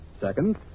Second